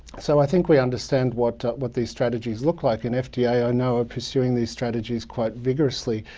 so i think we understand what ah what these strategies look like. and fda, i know, are pursuing these strategies quite vigorously.